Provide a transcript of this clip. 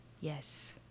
yes